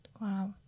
Wow